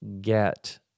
get